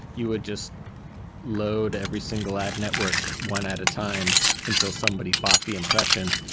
you would just load every single ad network one at a time until somebody bought the impression.